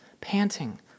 panting